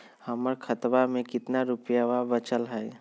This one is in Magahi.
हमर खतवा मे कितना रूपयवा बचल हई?